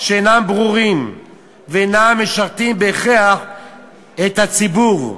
שאינם ברורים ואינם משרתים בהכרח את הציבור.